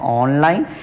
online